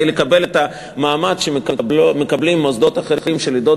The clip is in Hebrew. כדי לקבל את המעמד שמקבלים מוסדות אחרים של עדות